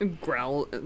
Growl